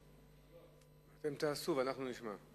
אתם תעשו ואנחנו נשמע.